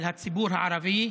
על הציבור הערבי,